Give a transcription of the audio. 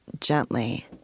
gently